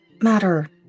matter